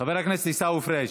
חבר הכנסת עיסאווי פריג'